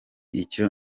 icyo